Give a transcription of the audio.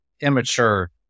immature